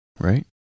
right